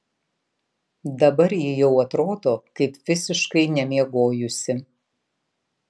dabar ji jau atrodo kaip visiškai nemiegojusi